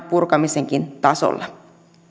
purkamisenkin tasolla